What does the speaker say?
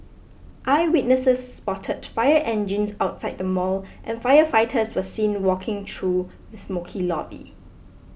eyewitnesses spotted fire engines outside the mall and firefighters were seen walking through the smokey lobby